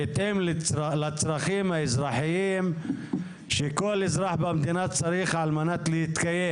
בהתאם לצרכים האזרחיים שכל אזרח במדינה צריך על מנת להתקיים.